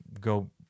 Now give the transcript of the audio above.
go